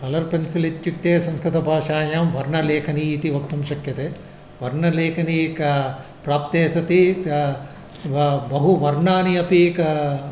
colour pencil इत्युक्ते संस्कृतभाषायां वर्णलेखनी इति वक्तुं शक्यते वर्णलेखनी एका प्राप्ते सति त् बहु वर्णानि अपि एक